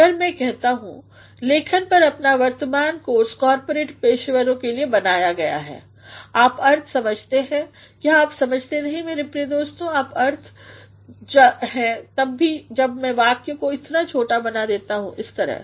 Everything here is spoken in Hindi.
अगर मैकहता हूँ लेखन पर यह वर्तमान कोर्स कॉर्पोरेट पेशेवरों के लिए बनाया गया है आप अर्थ समझते हैं हैं क्या आप समझते नहीं मेरे प्रिय दोस्तों आप अर्थ हैं तब भी जब मै वाक्य को इतना छोटा बना देता हूँ इस तरह